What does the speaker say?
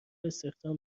استخدام